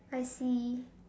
I see